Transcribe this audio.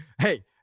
Hey